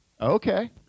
Okay